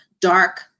dark